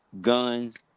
guns